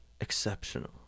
exceptional